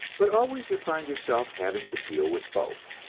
but always you find yourself having to deal with both.